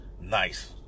nice